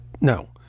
No